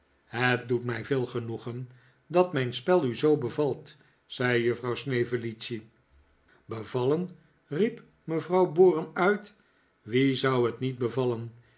het doet mij veel genoegen dat mijn spel u zoo bevalt zei juffrouw snevellicci bevallen riep mevrouw borum uit wien zou het niet bevallen